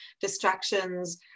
distractions